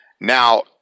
Now